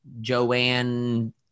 Joanne